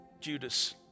Judas